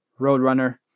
roadrunner